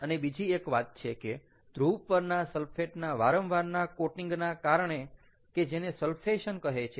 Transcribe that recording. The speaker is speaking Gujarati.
અને બીજી એક વાત છે કે ધ્રુવ પરના સલ્ફેટના વારંવારના કોટિંગના કારણે કે જેને સલ્ફેશન કહે છે